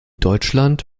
deutschland